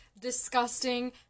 disgusting